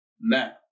now